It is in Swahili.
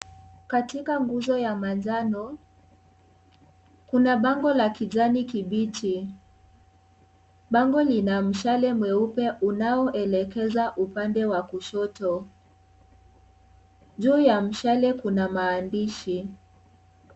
Katika guzo ya majano, kuna bango la kijani kimbichi. Bango lina mshale mweupe unaoelekeza upande wa kushoto. Juu ya mshale kuna maandishi.